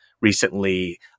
recently